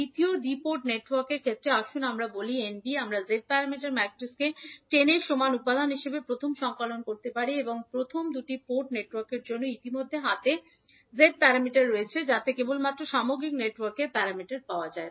দ্বিতীয় দ্বি পোর্ট নেটওয়ার্কের ক্ষেত্রে আসুন আমরা এটি Nb বলি আমরা z প্যারামিটার ম্যাট্রিক্সকে 10 এর সমান উপাদান হিসাবে প্রথম সংকলন করতে পারি এবং প্রথম দুটি পোর্ট নেটওয়ার্কের জন্য ইতিমধ্যে হাতে z প্যারামিটার রয়েছে যাতে কেবলমাত্র সামগ্রিক নেটওয়ার্কের z প্যারামিটার পান